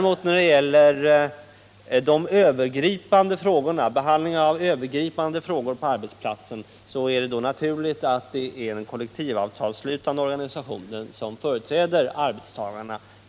Men när det gäller behandling av övergripande frågor på arbetsplatser är det naturligt att det är den kollektivavtalslutande organisationen som företräder arbetstagarna.